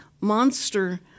monster